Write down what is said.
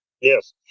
Yes